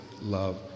love